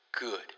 Good